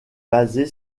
basée